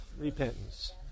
repentance